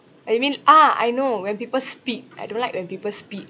I mean ah I know when people spit I don't like when people spit